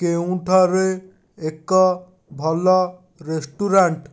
କେଉଁଠାରେ ଏକ ଭଲ ରେଷ୍ଟୁରାଣ୍ଟ